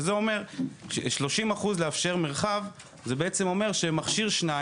שזה אומר ב-30 אחוז לאפשר מרחב זה בעצם אומר שמכשיר-שניים,